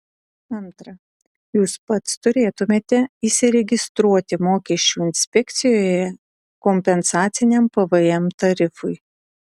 antra jūs pats turėtumėte įsiregistruoti mokesčių inspekcijoje kompensaciniam pvm tarifui